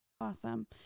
Awesome